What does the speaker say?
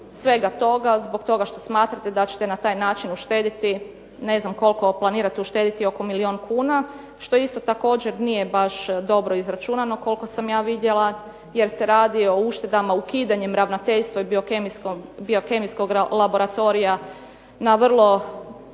svega toga zbog toga što smatrate da ćete na taj način ušediti, ne znam koliko planirate uštediti oko milijun kuna što isto tako nije baš dobro izračunano koliko sam ja dobro vidjela, jer se radi o uštedama ukidanjem ravnateljstva i biokemijskog laboratorija na vrlo